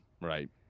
right